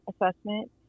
assessment